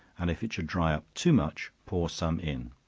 and if it should dry up too much, pour some in